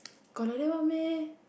got like that one meh